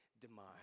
demise